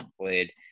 played